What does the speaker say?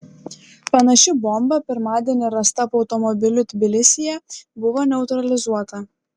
panaši bomba pirmadienį rasta po automobiliu tbilisyje buvo neutralizuota